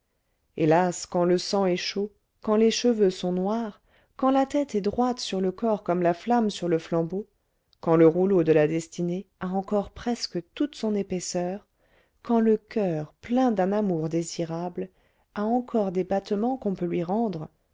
hélas quand le sang est chaud quand les cheveux sont noirs quand la tête est droite sur le corps comme la flamme sur le flambeau quand le rouleau de la destinée a encore presque toute son épaisseur quand le coeur plein d'un amour désirable a encore des battements qu'on peut lui rendre